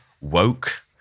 woke